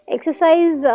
Exercise